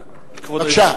בבקשה.